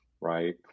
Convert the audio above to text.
Right